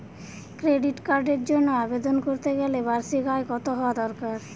Credit কার্ডের জন্য আবেদন করতে গেলে বার্ষিক আয় কত হওয়া দরকার?